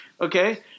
Okay